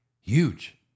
Huge